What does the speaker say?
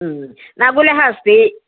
नकुलः अस्ति